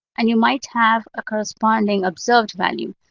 and you might have a corresponding observed value.